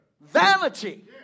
vanity